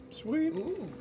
Sweet